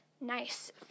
nice